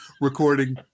recording